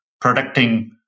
protecting